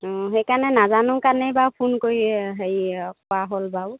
অঁ সেইকাৰণে নাজানো কাৰণেই বাৰু ফোন কৰি হেৰি কোৱা হ'ল বাৰু